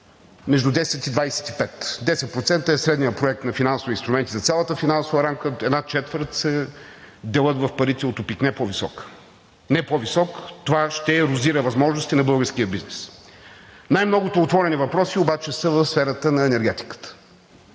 между 10 и 25. 10% е средният проект на финансови инструменти за цялата финансова рамка. Една четвърт се делят в парите от ОПИК. Не по-висок. Това ще ерозира възможностите на българския бизнес. Най-многото отворени въпроси обаче са в сферата на енергетиката.